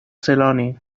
celoni